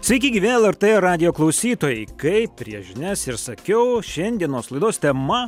sveiki gyvi lrt radijo klausytojai kaip prieš žinias ir sakiau šiandienos laidos tema